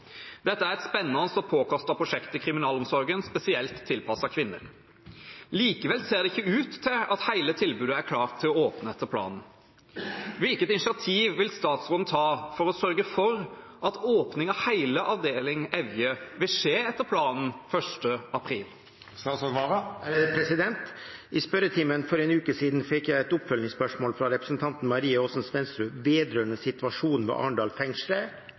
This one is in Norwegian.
Dette er et spennende og påkostet prosjekt i kriminalomsorgen, spesielt tilpasset kvinner. Likevel ser det ikke ut til at hele tilbudet er klart til å åpne etter planen. Hvilket initiativ vil statsråden ta for å sørge for at åpning av hele avdeling Evje vil skje etter planen 1. april?» I spørretimen for en uke siden fikk jeg et oppfølgingsspørsmål fra representanten Maria Aasen-Svensrud vedrørende situasjonen ved Arendal